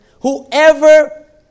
whoever